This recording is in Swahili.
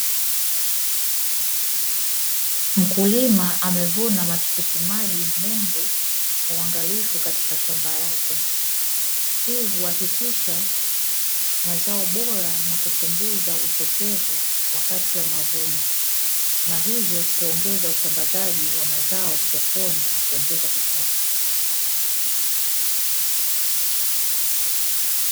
Mkulima amevuna matikiti maji mengi kwa uwangalifu katika shamba lake, hii huakikisha mazao bora na kupunguza upotevu wakati wa mavuno na hivyo kuongeza usambazaji wa mazao sokoni na kuongeza kipato.